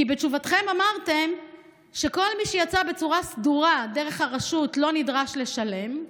כי בתשובתכם אמרתם שכל מי שיצא בצורה סדורה דרך הרשות לא נדרש לשלם,